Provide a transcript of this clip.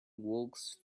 walks